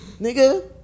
nigga